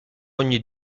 ogni